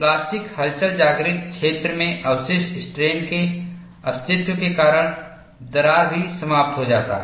plastic हलचल जागृत क्षेत्र में अवशिष्ट स्ट्रेन के अस्तित्व के कारण दरार भी समाप्त हो जाता है